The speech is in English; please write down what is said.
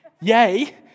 Yay